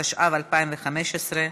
התשע"ו 2015,